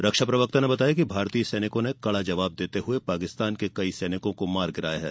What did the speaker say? रक्षा प्रवक्ता ने बताया कि भारतीय सैनिकों ने कड़ा जवाब देते हुए पाकिस्तान के कई सैनिकों को मार गिराया है